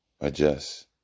adjust